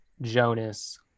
Jonas